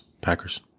Packers